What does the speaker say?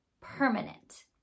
permanent